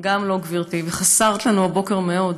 גם לא גברתי, וחסרת לנו הבוקר מאוד.